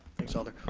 thanks alder.